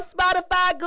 Spotify